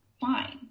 fine